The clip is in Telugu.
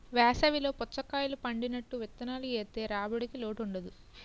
వేసవి లో పుచ్చకాయలు పండినట్టు విత్తనాలు ఏత్తె రాబడికి లోటుండదు